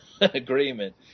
agreement